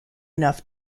enough